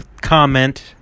comment